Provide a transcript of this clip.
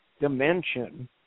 dimension